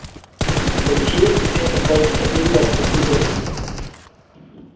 तऽ ठीक छै तऽ पइसा दिऔ आओर कुरसी लऽ जइऔ